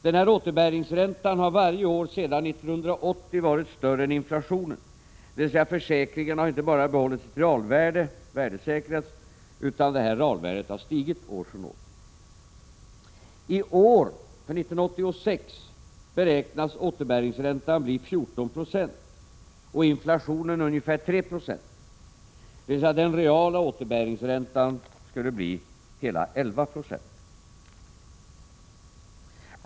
Den här återbäringsräntan har varje år sedan 1980 varit större än inflationen, dvs. försäkringen har inte bara behållit sitt realvärde utan detta har stigit år från år. I år, 1986, beräknas återbäringsräntan bli 14 96 och inflationen ungefär 3 76. Den reala återbäringsräntan skulle alltså bli hela 11 96.